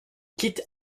quitte